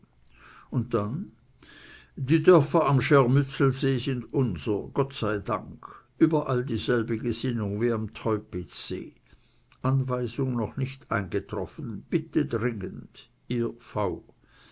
und dann die dörfer am schermützelsee sind unser gott sei dank überall dieselbe gesinnung wie am teupitzsee anweisung noch nicht eingetroffen bitte dringend ihr v